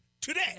today